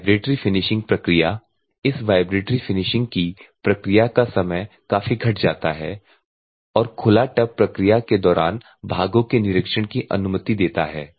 vibratory finishing प्रक्रिया इस vibratory finishing की प्रक्रिया का समय काफी घट जाता है और खुला टब प्रक्रिया के दौरान भागों के निरीक्षण की अनुमति देता है